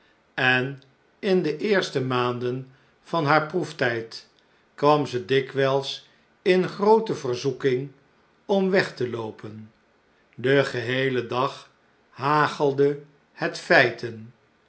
en in de eerste maanden van haar proeftijd kwam zij dikwijls in groote verzoeking om weg te loopen den geheelen dag hagelde het feiten